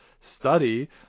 study